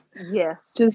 Yes